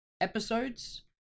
episodes